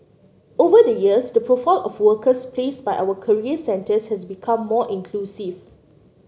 over the years the profile of workers placed by our career centres has become more inclusive